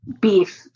beef